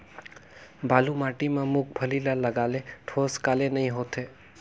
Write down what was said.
बालू माटी मा मुंगफली ला लगाले ठोस काले नइ होथे?